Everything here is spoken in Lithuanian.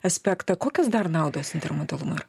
aspektą kokios dar naudos intermodalumo yra